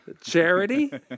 Charity